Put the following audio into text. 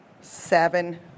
seven